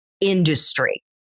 industry